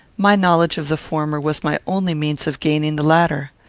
my knowledge of the former was my only means of gaining the latter.